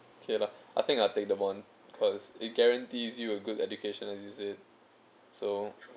k lah I think I'll take the bond because it guarantees you a good education as it is so